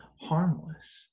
harmless